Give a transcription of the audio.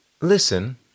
Listen